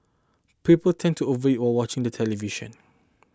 people tend to overeat while watching the television